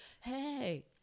Hey